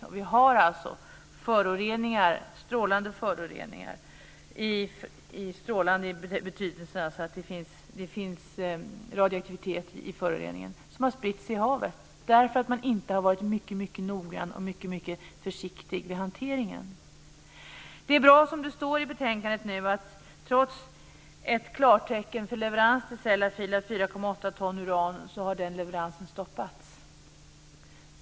Det finns alltså strålande föroreningar - strålande i betydelsen att det finns radioaktivitet i föroreningarna - som har spritt sig i havet, därför att man inte har varit noggrann och försiktig vid hanteringen. Det är bra som det står i betänkandet, att trots ett klartecken för leverans till Sellafield av 4,8 ton uran har denna leverans stoppats.